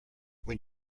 when